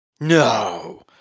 No